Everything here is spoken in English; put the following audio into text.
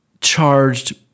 charged